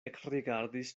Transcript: ekrigardis